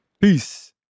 Peace